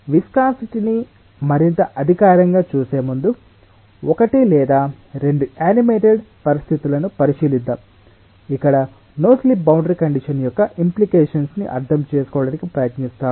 విస్కాసిటిని మరింత అధికారికంగా చూసే ముందు ఒకటి లేదా రెండు యానిమేటెడ్ పరిస్థితులను పరిశీలిద్దాం ఇక్కడ నో స్లిప్ బౌండరీ కండిషన్ యొక్క ఇంప్లికేషన్స్ ని అర్థం చేసుకోవడానికి ప్రయత్నిస్తాము